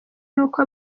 n’uko